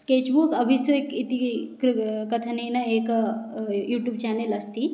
sketchbook Abhishek इति कृ कथनेन एकं यूटूब् चानल् अस्ति